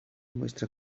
muestra